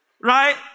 right